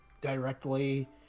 directly